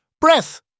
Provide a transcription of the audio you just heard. Breath